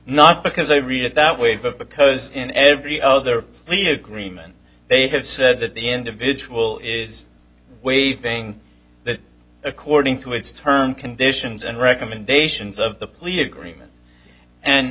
not because i read it that way but because in every other the agreement they have said that the individual is waving that according to its turn conditions and recommendations of the